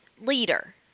leader